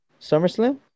Summerslam